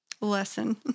lesson